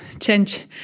change